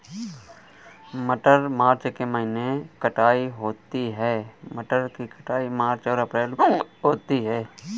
मटर मार्च के महीने कटाई होती है?